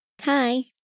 Hi